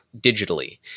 digitally